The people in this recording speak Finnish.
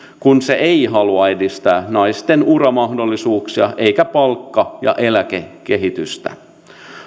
kun se ei halua edistää naisten uramahdollisuuksia eikä palkka ja eläkekehitystä